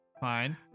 Fine